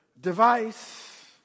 device